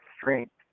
strength